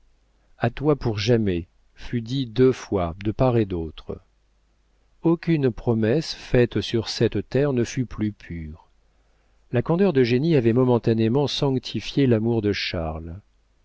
a toi pour jamais fut dit deux fois de part et d'autre aucune promesse faite sur cette terre ne fut plus pure la candeur d'eugénie avait momentanément sanctifié l'amour de charles